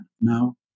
No